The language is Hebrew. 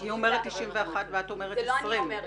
היא אומרת 91 ואת אומרת 20. זה לא אני אומרת.